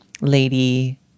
lady